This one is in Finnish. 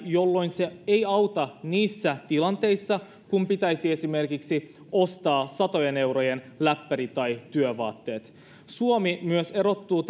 jolloin se ei auta niissä tilanteissa kun pitäisi esimerkiksi ostaa satojen eurojen läppäri tai työvaatteet suomi myös erottuu